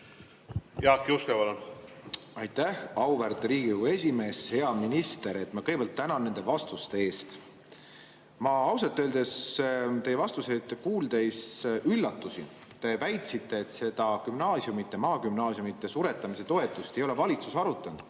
Jaak Juske, palun! Aitäh, auväärt Riigikogu esimees! Hea minister, ma kõigepealt tänan nende vastuste eest. Ma ausalt öeldes teie vastuseid kuuldes üllatusin. Te väitsite, et seda maagümnaasiumide suretamise toetust ei ole valitsus arutanud.